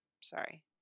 Sorry